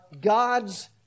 God's